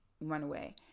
runaway